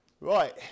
right